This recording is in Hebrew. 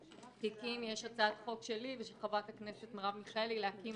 שלך -- יש הצעת חוק שלי ושל חברת הכנסת מרב מיכאלי להקים